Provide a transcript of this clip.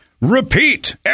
repeat